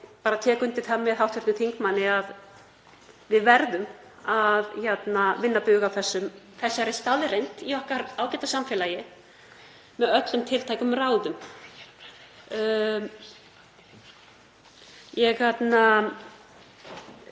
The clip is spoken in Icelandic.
ég tek undir það með hv. þingmanni að við verðum að vinna bug á þessari staðreynd í okkar ágæta samfélagi með öllum tiltækum ráðum. Ég tel að